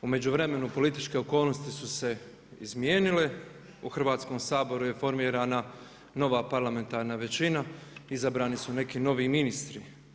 U međuvremenu političke okolnosti su se izmijenile, u Hrvatskom saboru je formirana nova parlamentarna većina, izabrani su neki novi ministri.